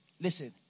listen